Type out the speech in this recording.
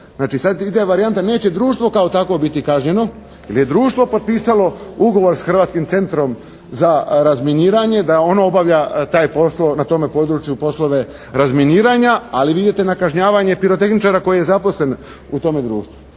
Znači, sad ide varijanta, neće društvo kao takvo biti kažnjeno, jer je društvo potpisalo ugovor sa Hrvatskim centrom za razminiranje da ono obavlja taj posao, na području poslove razminiranja. Ali vidite, na kažnjavanje pirotehničara koji je zaposlen u tome društvu,